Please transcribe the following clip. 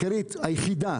היחידה